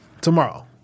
Tomorrow